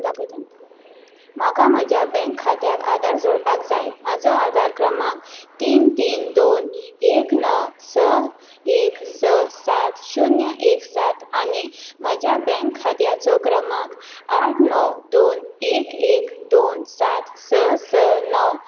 दाखयता म्हाका म्हज्या बँक खात्याक आदार जोडपाक जाय म्हजो आदार क्रमांक तीन तीन दोन एक णव स एक स सात शुन्य एक सात आनी म्हज्या बँक खात्याचो क्रमांक आठ णव दोन एक एक दोन सात स स णव